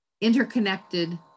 interconnected